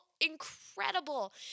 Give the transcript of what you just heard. incredible